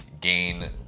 gain